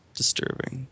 disturbing